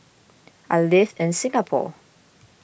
I live in Singapore